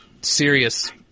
serious